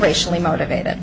racially motivated